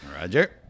Roger